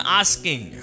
asking